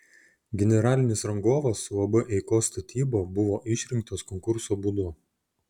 generalinis rangovas uab eikos statyba buvo išrinktas konkurso būdu